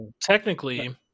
technically